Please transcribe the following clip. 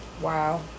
Wow